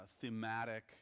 thematic